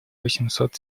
восемьдесят